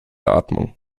atmung